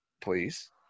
Please